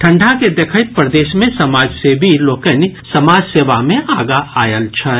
ठंडा के देखैत प्रदेश मे समाजसेवी लोकनि समाज सेवा मे आगा आयल छथि